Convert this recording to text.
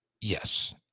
Yes